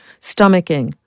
stomaching